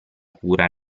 cura